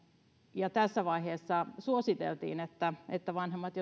ja tässä vaiheessa suositeltiin että että vanhemmat